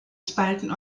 spalten